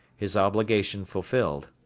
his obligation fulfilled.